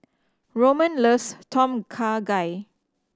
Roman loves Tom Kha Gai